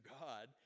God